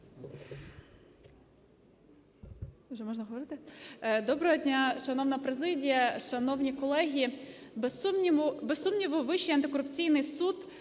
Доброго дня, шановна президія, шановні колеги! Без сумніву, Вищий антикорупційний суд